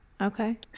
Okay